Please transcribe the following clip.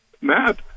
Matt